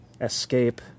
Escape